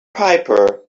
piper